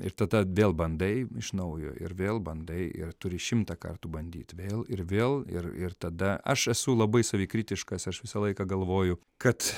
ir tada vėl bandai iš naujo ir vėl bandai ir turi šimtą kartų bandyt vėl ir vėl ir ir tada aš esu labai savikritiškas aš visą laiką galvoju kad